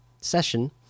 session